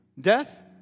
death